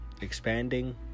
expanding